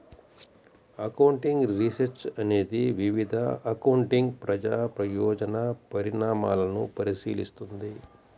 accounting research అనేది వివిధ accounting ప్రజా ప్రయోజన పరిణామాలను పరిశీలిస్తుంది